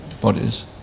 bodies